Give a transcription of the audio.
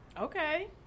Okay